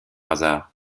hasard